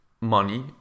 money